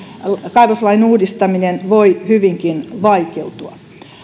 kaivoslain uudistaminen voi hyvinkin vaikeutua